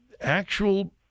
actual